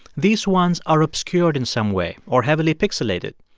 these ones are obscured in some way or heavily pixilated.